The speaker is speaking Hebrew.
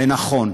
נכון,